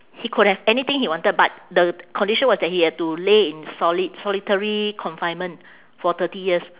he could have anything he wanted but the condition was that he had to lay in solit~ solitary confinement for thirty years